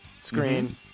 screen